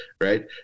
Right